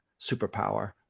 superpower